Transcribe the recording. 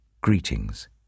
Greetings